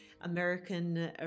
American